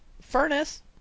furnace